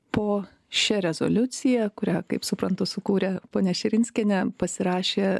po šia rezoliucija kurią kaip suprantu sukūrė ponia širinskienė pasirašė